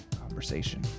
conversation